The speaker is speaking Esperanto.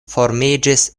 formiĝis